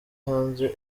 hanze